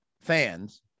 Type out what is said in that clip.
fans